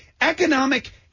Economic